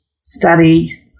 study